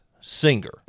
singer